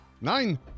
nine